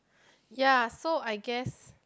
ya so I guess